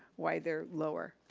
why they're lower.